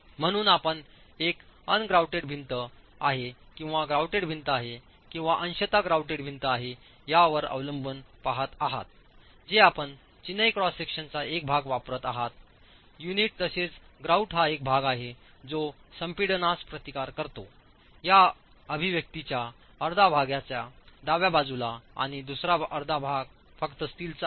म्हणून आपण एक अन ग्रॉउटेड भिंत आहे किंवा ग्रॉउटेड भिंत किंवा अंशतः ग्रॉउटेड भिंत आहेयावर अवलंबून आपण पहात आहात जे आपणचिनाई क्रॉस सेक्शनचा एक भाग वापरत आहात युनिट तसेच ग्रॉउट हा एक भाग आहे जो संपीडनास प्रतिकार करतोया अभिव्यक्तीच्या अर्ध्याभागाच्या डाव्या बाजूलाआणि दुसरा अर्धा फक्त स्टीलचा आहे